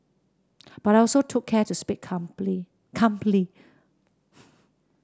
but I also took care to speak